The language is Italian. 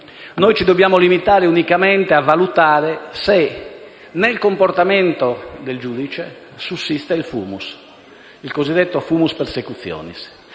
Noi ci dobbiamo limitare unicamente a valutare se nel comportamento del giudice sussista il cosiddetto *fumus persecutionis*.